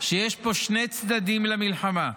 שיש פה שני צדדים למלחמה?